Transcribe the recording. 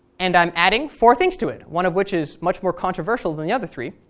and i'm adding four things to it, one of which is much more controversial than the other three.